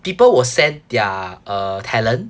people will send their uh talent